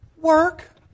work